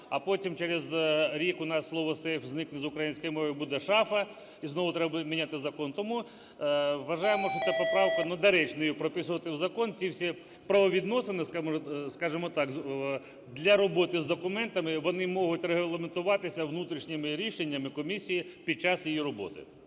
а потім через рік у нас слово "сейф" зникне з української мови і буде шафа, і знову треба буде міняти закон. Тому вважаємо, що це поправка, недоречно її прописувати в закон, ці всі правовідносини, скажемо так, для роботи з документами вони можуть регламентуватися внутрішніми рішеннями комісії під час її роботи.